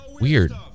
Weird